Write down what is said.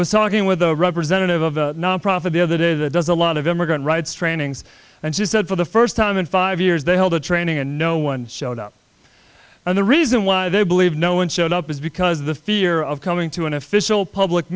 was talking with the representative of the nonprofit the other day that does a lot of immigrant rights trainings and she said for the first time in five years they held a training and no one showed up and the reason why they believe no one showed up is because of the fear of coming to an official public